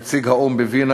נציג האו"ם בווינה,